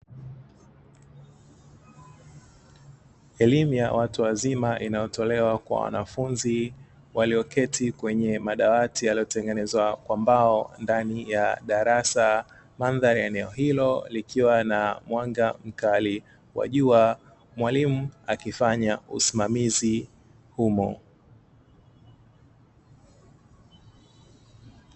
Elimu ya watu wazima inayotolewa kwa wanafunzi walioketi kwenye madawati yaliyotengenezwa kwa mbao ndani ya darasa. Mandhari ya eneo hilo likiwa na mwanga mkali wa jua. Mwalimu akifanya usimamizi humo.